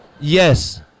yes